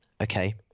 Okay